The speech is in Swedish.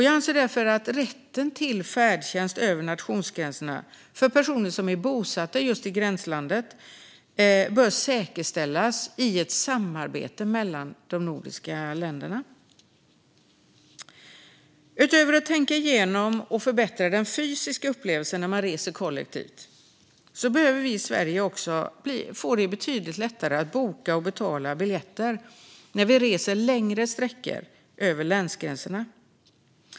Jag anser därför att rätten till färdtjänst över nationsgräns för gränsbor bör säkerställas i ett samarbete mellan de nordiska länderna. Utöver en översyn och förbättring av den fysiska upplevelsen av att åka kollektivt behöver det bli betydligt enklare att boka och betala biljetter vid längre resor över länsgränserna.